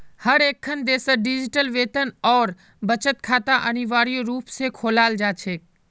हर एकखन देशत डिजिटल वेतन और बचत खाता अनिवार्य रूप से खोलाल जा छेक